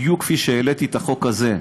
בדיוק כמו שהעליתי את החוק הזה.